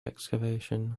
excavation